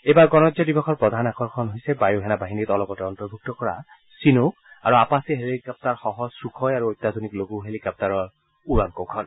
এইবাৰ গণৰাজ্য দিৱসৰ প্ৰধান আকৰ্যণ হৈছে বায়ুসেনা বাহিনীত অলপতে অন্তৰ্ভুক্ত কৰা চিনোক আৰু আপাচি হেলিকপ্তাৰসহ চুখয় আৰু অত্যাধূনিক লঘু হেলিকপ্তাৰৰ উৰণ কৌশল